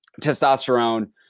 testosterone